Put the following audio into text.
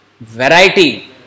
Variety